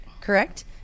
correct